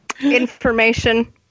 Information